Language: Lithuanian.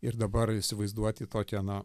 ir dabar įsivaizduoti tokią na